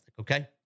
okay